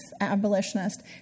abolitionist